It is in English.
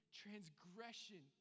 transgression